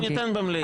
אנחנו ניתן במליאה.